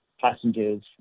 passengers